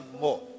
more